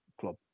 Club